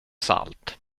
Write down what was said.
salt